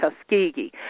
Tuskegee